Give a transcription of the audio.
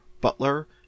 butler